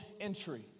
entry